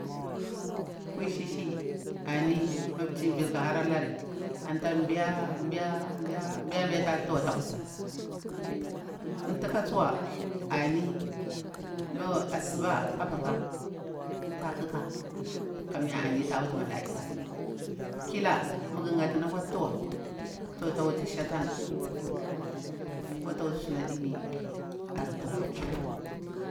Kayi shi shi ani mu mchi ƙa turi vir ƙa hara lari ta tuwa beya beya beya ta tuwa ata kasil thaku tsuwa ani mu asuba abaka ta ƙaka kanya anita watu malaika kila mu gha ghatini akwa tuwa to ta wutu shatam ko ta wutu suna dimi artuwa